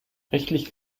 rechtlich